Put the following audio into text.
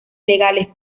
legales